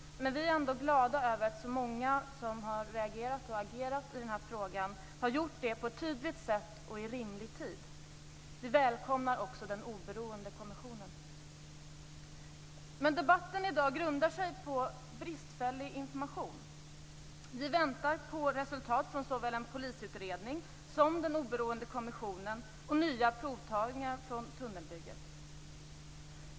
Vi är ändå glada över att så många som har reagerat och agerat i den här frågan har gjort det på ett tydligt sätt och i rimlig tid. Vi välkomnar också den oberoende kommissionen. Debatten i dag grundar sig på bristfällig information. Vi väntar på resultat från såväl en polisutredning som den oberoende kommissionen. Vi väntar också på nya provtagningar från tunnelbygget.